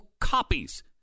copies